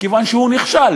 מכיוון שהוא נכשל,